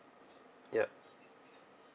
yup